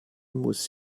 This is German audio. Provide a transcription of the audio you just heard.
muss